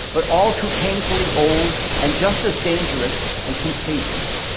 but all too painfully old and just as dangerous and contagious-racism.